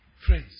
Friends